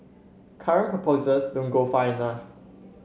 current proposals don't go far enough